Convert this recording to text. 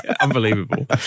Unbelievable